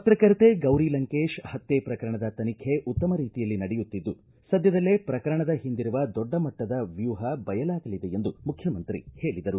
ಪತ್ರಕರ್ತೆ ಗೌರಿ ಲಂಕೇಶ್ ಹತ್ಯೆ ಪ್ರಕರಣದ ತನಿಖೆ ಉತ್ತಮ ರೀತಿಯಲ್ಲಿ ನಡೆಯುತ್ತಿದ್ದು ಸದ್ಯದಲ್ಲೇ ಪ್ರಕರಣದ ಹಿಂದಿರುವ ದೊಡ್ಡ ಮಟ್ಟದ ವ್ಯೂಹ ಬಯಲಾಗಲಿದೆ ಎಂದು ಮುಖ್ಯಮಂತ್ರಿ ಹೇಳಿದರು